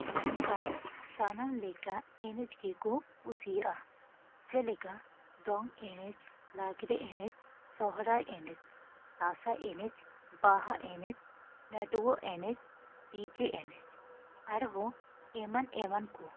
ᱢᱮᱱᱠᱷᱟᱱ ᱥᱟᱱᱟᱢ ᱞᱮᱠᱟᱱ ᱮᱱᱮᱡ ᱜᱮᱠᱚ ᱠᱩᱥᱤᱭᱟᱜᱼᱟ ᱪᱮᱞᱮᱠᱟ ᱫᱚᱝ ᱮᱱᱮᱡ ᱞᱟᱜᱽᱲᱮ ᱮᱱᱮᱡ ᱥᱚᱦᱨᱟᱭ ᱮᱱᱮᱡ ᱫᱟᱥᱟᱭ ᱮᱱᱮᱡ ᱵᱟᱦᱟ ᱮᱱᱮᱡ ᱱᱟᱹᱴᱣᱟᱹ ᱮᱱᱮᱡ ᱰᱤᱡᱮ ᱮᱱᱮᱡ ᱟᱨ ᱦᱚᱸ ᱮᱢᱟᱱ ᱮᱢᱟᱱ ᱠᱚ